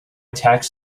tax